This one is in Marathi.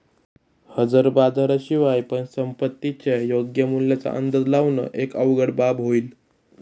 हजर बाजारा शिवाय पण संपत्तीच्या योग्य मूल्याचा अंदाज लावण एक अवघड बाब होईल